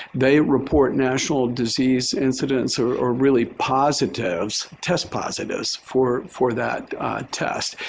they report national disease incidents are are really positives, test positives for for that test.